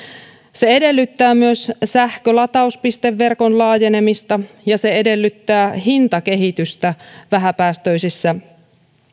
se edellyttää myös sähkölatauspisteverkon laajenemista ja se edellyttää hintakehitystä vähäpäästöisissä